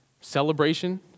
celebration